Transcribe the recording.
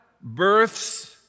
births